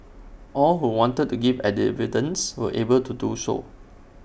all who wanted to give were able to do so